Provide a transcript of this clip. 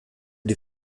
die